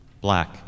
black